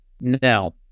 Now